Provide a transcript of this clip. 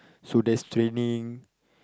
so there's training